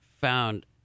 found